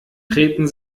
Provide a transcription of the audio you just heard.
treten